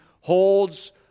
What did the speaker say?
holds